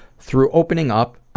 through opening up,